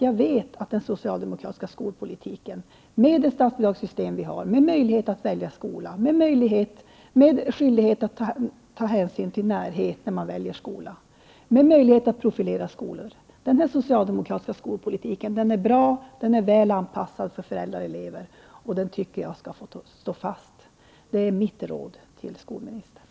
Jag vet att den socialdemokratiska skolpolitiken, med det statsbidragssystem som finns med möjlighet att välja skola, med skyldighet att ta hänsyn till närheten när man väljer skola och med möjlighet att profilera skolor, är bra och väl anpassad för föräldrar och elever. Jag tycker att den politiken skall få stå fast. Det är mitt råd till skolministern.